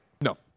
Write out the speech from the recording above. No